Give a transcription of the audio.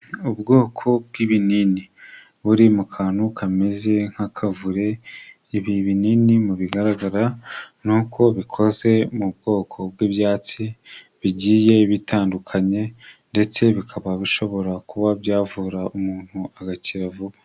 Ubwoko bw'ibinini buri mu kantu kameze nk'akavure, ibi binini mu bigaragara ni uko bikoze mu bwoko bw'ibyatsi bigiye bitandukanye ndetse bikaba bishobora kuba byavura umuntu agakira vuba.